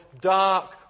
dark